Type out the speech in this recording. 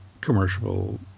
commercial